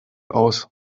aus